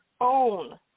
own